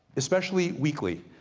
especially weekly.